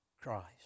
Christ